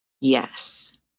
yes